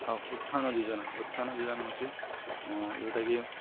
ହଉ ଉତ୍ଥାନ ଯୋଜନା ଉତ୍ଥାନ ଯୋଜନା ହେଉଛି ଯେଉଁଟାକି